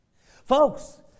Folks